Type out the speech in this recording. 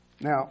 Now